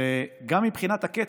גם מבחינת הקצב,